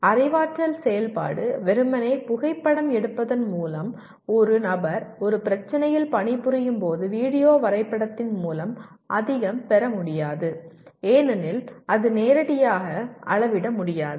அறிவாற்றல் செயல்பாடு வெறுமனே புகைப்படம் எடுப்பதன் மூலம் ஒரு நபர் ஒரு பிரச்சினையில் பணிபுரியும் போது வீடியோ வரைபடத்தின் மூலம் அதிகம் பெற முடியாது ஏனெனில் அது நேரடியாக அளவிட முடியாது